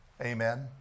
Amen